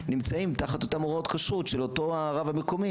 נמצאים תחת אותם הוראות כשרות של אותו הרב המקומי,